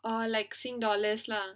oh like singapore dollars lah